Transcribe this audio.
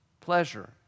pleasure